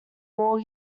war